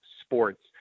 Sports